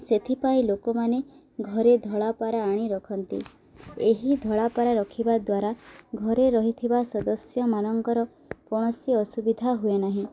ସେଥିପାଇଁ ଲୋକମାନେ ଘରେ ଧଳାପାରା ଆଣି ରଖନ୍ତି ଏହି ଧଳାପାରା ରଖିବା ଦ୍ୱାରା ଘରେ ରହିଥିବା ସଦସ୍ୟମାନଙ୍କର କୌଣସି ଅସୁବିଧା ହୁଏ ନାହିଁ